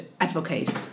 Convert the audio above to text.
advocate